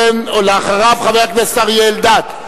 אחריו, חבר הכנסת אריה אלדד.